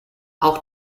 auch